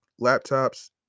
laptops